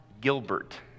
Gilbert